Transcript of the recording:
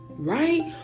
Right